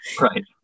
Right